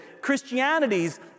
Christianity's